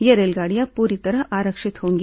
ये रेलगाड़ियां पूरी तरह आरक्षित होंगी